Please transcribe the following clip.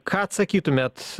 ką atsakytumėt